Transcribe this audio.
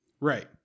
Right